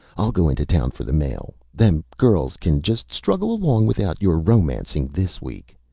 i'll go into town for the mail. them girls can just struggle along without your romancing this week.